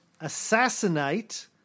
assassinate